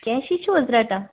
کیشٕے چھِو حظ رَٹان